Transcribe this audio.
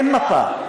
אין מפה.